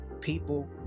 people